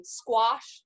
squash